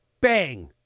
Bang